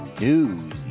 news